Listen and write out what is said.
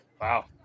Wow